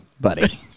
buddy